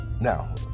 Now